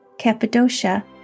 Cappadocia